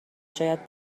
شاید